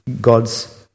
God's